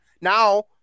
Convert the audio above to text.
Now